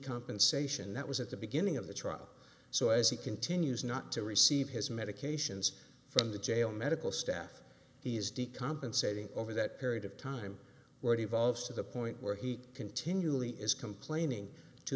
compensation that was at the beginning of the trial so as he continues not to receive his medications from the jail medical staff he is d compensating over that period of time already evolved to the point where he continually is complaining to